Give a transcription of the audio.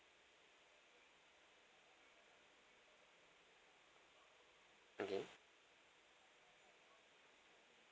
okay